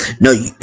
No